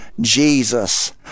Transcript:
Jesus